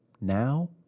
Now